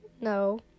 No